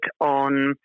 on